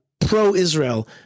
pro-Israel